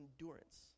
endurance